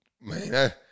Man